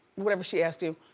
whatever she asked you.